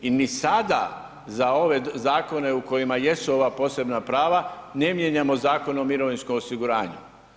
I ni sada za ove zakone u kojima jesu ova posebna prava ne mijenjamo Zakon o mirovinskom osiguranju.